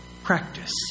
Practice